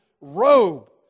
robe